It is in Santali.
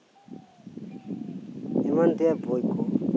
ᱮᱢᱟᱱ ᱛᱮᱭᱟᱜ ᱵᱚᱭᱠᱩ